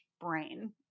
brain